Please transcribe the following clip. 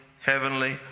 heavenly